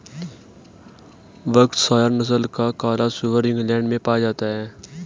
Berkshire नस्ल का काला सुअर इंग्लैण्ड में पाया जाता है